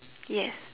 yes